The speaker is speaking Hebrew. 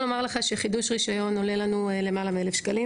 חידוש רישיון עולה לנו למעלה מ-1,000 שקלים